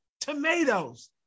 tomatoes